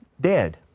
dead